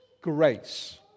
grace